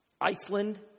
Iceland